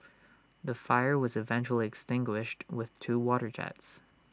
the fire was eventually extinguished with two water jets